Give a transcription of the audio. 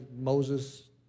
Moses